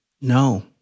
No